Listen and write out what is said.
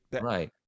right